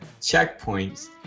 checkpoints